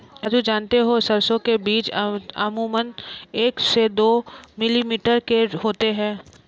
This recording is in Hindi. राजू जानते हो सरसों के बीज अमूमन एक से दो मिलीमीटर के होते हैं